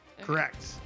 Correct